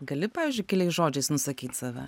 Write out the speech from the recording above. gali pavyzdžiui keliais žodžiais nusakyt save